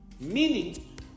Meaning